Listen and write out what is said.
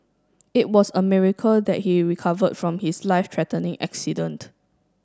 it was a miracle that he recovered from his life threatening accident